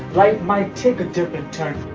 life might take a different turn.